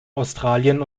australien